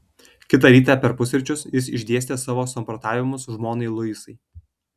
kitą rytą per pusryčius jis išdėstė savo samprotavimus žmonai luisai